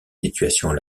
situations